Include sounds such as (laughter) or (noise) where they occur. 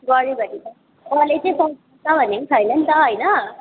गर्यौँ भने त कलेज (unintelligible) भन्ने पनि छैन नि त होइन